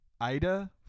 Ida